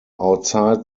outside